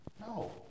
No